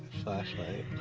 flashlight.